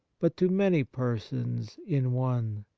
but to many persons in one.